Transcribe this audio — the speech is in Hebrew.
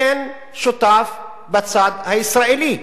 אין שותף בצד הישראלי.